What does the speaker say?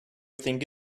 think